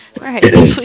Right